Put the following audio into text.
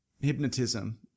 hypnotism